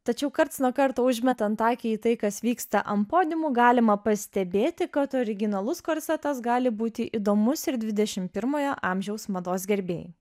tačiau karts nuo karto užmetant akį į tai kas vyksta ant podiumų galima pastebėti kad originalus korsetas gali būti įdomus ir dvidešim pirmojo amžiaus mados gerbėjai